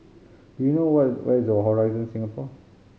do you know where is where is Horizon Singapore